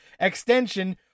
extension